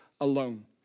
alone